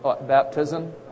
Baptism